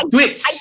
Twitch